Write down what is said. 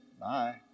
bye